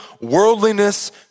worldliness